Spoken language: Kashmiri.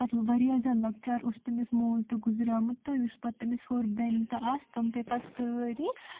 پتہٕ وارِیاہ زیادٕ لۄکٕچار اوس تٔمس مول تہِ گُزریومُت تہٕ یُس پتہٕ تٔمس ہورٕ بیٚنہِ تہِ آسہٕ تم پیٚیہِ پتہٕ سٲری